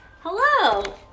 Hello